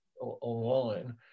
online